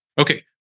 Okay